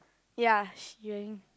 ya she wearing